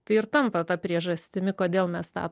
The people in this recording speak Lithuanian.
tai ir tampa ta priežastimi kodėl mes tą